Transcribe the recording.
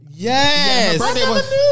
Yes